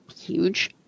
huge